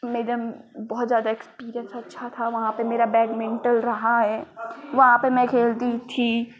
medal बहुत ज़्यादा experience अच्छा था वहाँ पर मेरा बैडमिन्टन रहा है वहाँ पर मैं खेलती थी